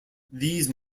these